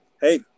Hey